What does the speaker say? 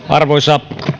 arvoisa